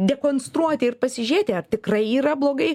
dekonstruoti ir pasižiūrėti ar tikrai yra blogai